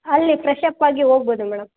ಅಲ್ಲಿ ಫ್ರೆಶಪ್ಪಾಗಿ ಹೋಗ್ಬೋದು ಮೇಡಮ್